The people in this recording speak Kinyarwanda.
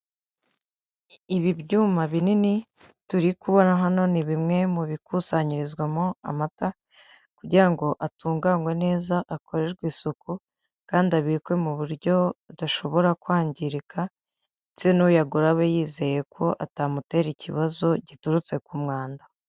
Ibi byuma binini turi kubona hano ni bimwe mu bikusanyirizwamo amata kugira ngo atunganwe neza akorerwe isuku kandi abikwe mu buryo adashobora kwangirika ndetse n'uyagura abe yizeye ko atamutera ikibazo giturutse ku mwanda.